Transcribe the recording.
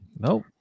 Nope